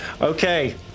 Okay